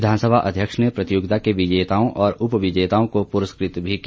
विधानसभा अध्यक्ष ने प्रतियोगिता के विजेताओं और उपविजेताओं को पुरस्कृत भी किया